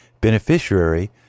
beneficiary